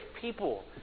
people